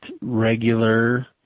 regular